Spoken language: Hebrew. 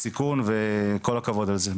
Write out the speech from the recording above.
בסיכון, וכל הכבוד על זה.